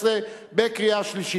18) בקריאה שלישית.